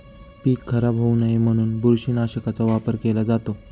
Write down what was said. पीक खराब होऊ नये म्हणून बुरशीनाशकाचा वापर केला जातो